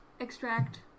extract